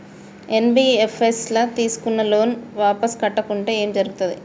NBFS ల తీస్కున్న loan వాపస్ కట్టకుంటే ఏం జర్గుతది?